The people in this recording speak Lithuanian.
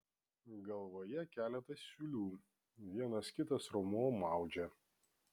galvoje keletas siūlių vienas kitas raumuo maudžia